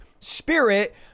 spirit